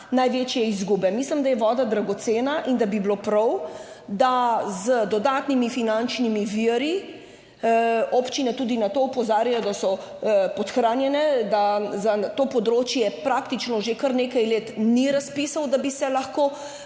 največje izgube. Mislim, da je voda dragocena in da bi bilo prav, da z dodatnimi finančnimi viri. Občine tudi na to opozarjajo, da so podhranjene, da za to področje praktično že kar nekaj let ni razpisov, da bi se lahko